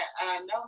No